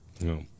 No